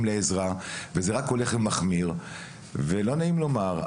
לעזרה וזה רק הולך ומחמיר ולא נעים לומר,